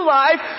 life